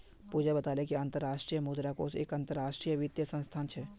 पूजा बताले कि अंतर्राष्ट्रीय मुद्रा कोष एक अंतरराष्ट्रीय वित्तीय संस्थान छे